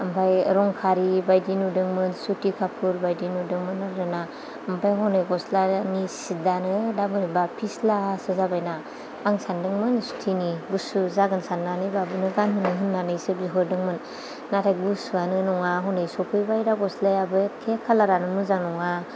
ओमफ्राय रं खारै बायदि नुदोंमोन सुथि खाफुर बायदि नुदोंमोन आरोना ओमफ्राय हनै गस्लानि सिदआनो दा बोरैबा फिस्लासो जाबाय ना आं सान्दोंमोन सुथिनि गुसु जागोन साननानै बाबुनो गानहोनो होननानैसो बिहरदोंमोन नाथाय गुसुआनो नङा हनै सफैबाय दा गस्लायाबो एखे खालारआनो मोजां नङा